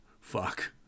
Fuck